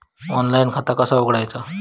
Online खाता कसा उघडायचा?